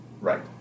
Right